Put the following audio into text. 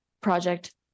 project